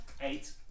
Eight